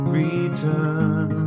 return